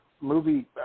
movie